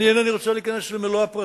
אני איני רוצה להיכנס למלוא הפרטים,